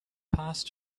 passed